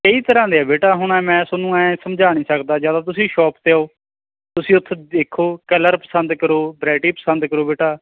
ਕਈ ਤਰ੍ਹਾਂ ਦੇ ਆ ਬੇਟਾ ਹੁਣ ਮੈਂ ਤੁਹਾਨੂੰ ਐਂ ਸਮਝਾ ਨਹੀਂ ਸਕਦਾ ਜਾਂ ਤਾਂ ਤੁਸੀਂ ਸ਼ੋਪ 'ਤੇ ਆਓ ਤੁਸੀਂ ਉੱਥੇ ਦੇਖੋ ਕਲਰ ਪਸੰਦ ਕਰੋ ਵਰਾਇਟੀ ਪਸੰਦ ਕਰੋ ਬੇਟਾ